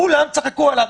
כולם צחקו עליו,